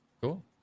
cool